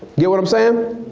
get what i'm sayin'?